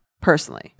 personally